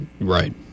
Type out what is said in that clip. Right